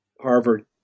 Harvard